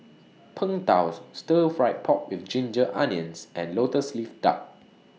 Png Tao Stir Fry Pork with Ginger Onions and Lotus Leaf Duck